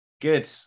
Good